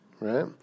right